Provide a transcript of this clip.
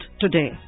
today